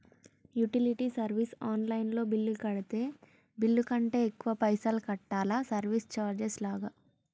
Utility service online లో bill కడితే bill కంటే ఎక్కువ పైసల్ కట్టాలా సర్వీస్ చార్జెస్ లాగా?